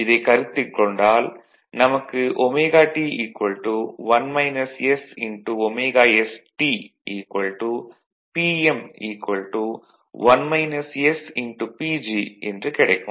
இதைக் கருத்தில் கொண்டால் நமக்கு ωT ωsT Pm PG என்று கிடைக்கும்